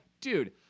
Dude